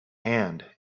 hand